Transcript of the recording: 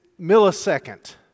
millisecond